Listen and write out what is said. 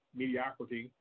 mediocrity